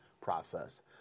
process